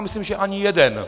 Myslím si, že ani jeden.